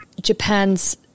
Japan's